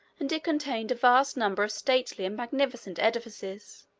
and it contained a vast number of stately and magnificent edifices,